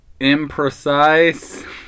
imprecise